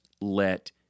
Let